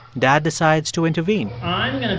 dad decides to intervene i'm